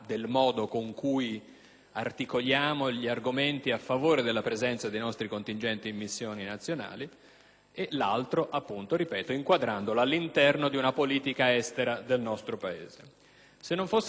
l'altro - ripeto - inquadrandolo all'interno di una politica estera del nostro Paese. Se non fosse stato per il recupero di 45 milioni di euro da dedicare alla cooperazione internazionale, la delegazione radicale del Gruppo del Partito